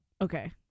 Okay